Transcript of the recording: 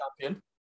champion